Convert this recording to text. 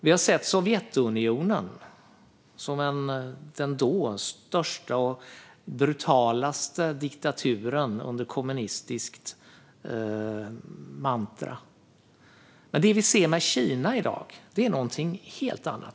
Vi har sett Sovjetunionen som den då största och brutalaste diktaturen under kommunistiskt mantra. Men det vi ser med Kina i dag är någonting helt annat.